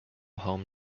home